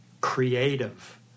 creative